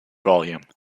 volume